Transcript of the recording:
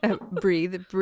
Breathe